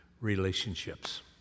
relationships